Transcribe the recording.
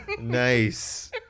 nice